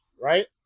Right